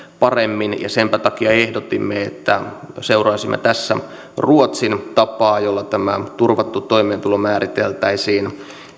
paremmin ja senpä takia ehdotimme että seuraisimme tässä ruotsin tapaa jolla tämä turvattu toimeentulo määriteltäisiin